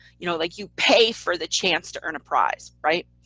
you know like you pay for the chance to earn a prize, right.